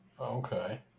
okay